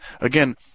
Again